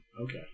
Okay